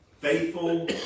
faithful